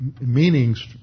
meanings